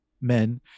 men